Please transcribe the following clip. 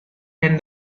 and